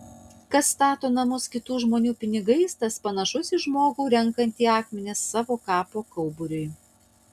kas stato namus kitų žmonių pinigais tas panašus į žmogų renkantį akmenis savo kapo kauburiui